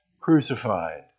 crucified